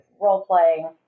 role-playing